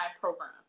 program